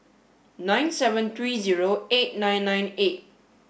nine seven three zero eight nine nine eight